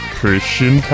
Christian